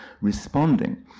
responding